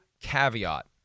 caveat